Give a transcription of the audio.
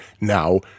now